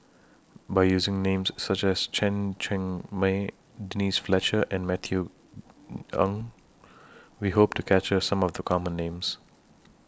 By using Names such as Chen Cheng Mei Denise Fletcher and Matthew Ngui We Hope to capture Some of The Common Names